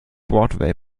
broadway